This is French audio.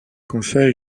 conseil